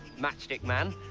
matchstick man!